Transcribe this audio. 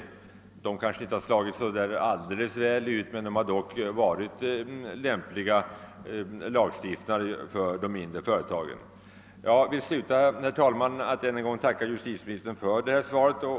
Dessa lagar har kanske inte slagit alldeles väl ut, men de har dock varit lämpliga för de mindre företagen. Jag vill sluta, herr talman, med att än en gång tacka justitieministern för hans svar.